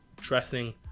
dressing